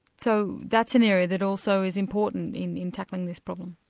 so that's an area that also is important in in tackling this problem.